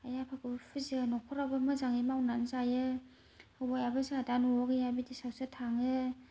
आइ आफाखौ फुजियो न'खरावबो मोजाङै मावनानै जायो हौवायाबो जोहा दा न'आव गैया बिदेसआवसो थाङो